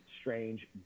strange